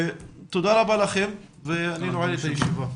תודה רבה לכם, אני נועל את הישיבה.